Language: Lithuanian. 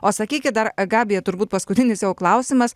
o sakykit dar gabija turbūt paskutinis jau klausimas